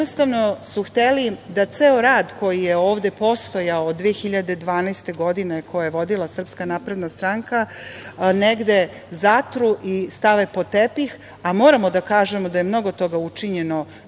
Jednostavno su hteli da ceo rad, koji je ovde postojao od 2012. godine, koju je vodila SNS, negde zatru i stave pod tepih, a moramo da kažemo da je mnogo toga učinjeno